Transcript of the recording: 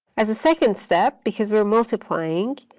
as a second step, because we're multiplying,